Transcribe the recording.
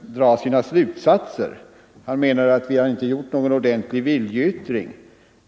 dra slutsatser. Han ansåg att vi inte hade gjort någon ordentlig viljeyttring.